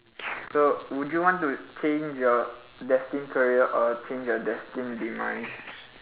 so would you want to change your destined career or change your destined demise